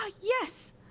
yes